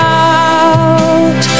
out